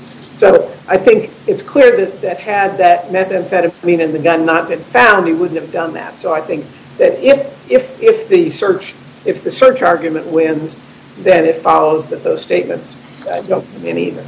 so i think it's clear that that had that methamphetamine in the gun not been found he would have done that so i think that if if if the search if the search argument wins then it follows that those statements and